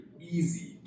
easy